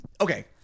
Okay